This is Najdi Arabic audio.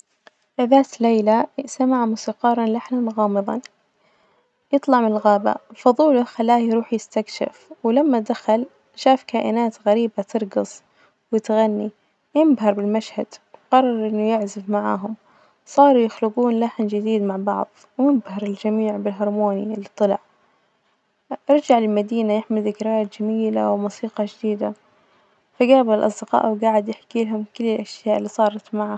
ذات ليلة سمع موسيقارا لحنا غامضا يطلع من الغابة، الفضول خلاه يروح يستكشف، ولما دخل شاف كائنات غريبة ترجص وتغني، إنبهر بالمشهد وقرر إنه يعزف معاهم، صاروا يخلجون لحن جديد مع بعض، وإنبهر الجميع بالهارموني اللي طلع، رجع للمدينة يحمل ذكريات جميلة وموسيقى جديدة، فجابل أصدقائه وجاعد يحكي لهم كل الأشياء اللي صارت معاه.